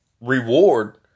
reward